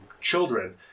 children